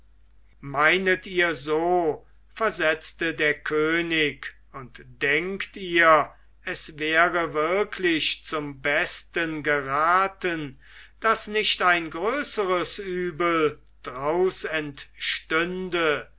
meinet ihr so versetzte der könig und denkt ihr es wäre wirklich zum besten geraten daß nicht ein größeres übel draus entstände